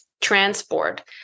transport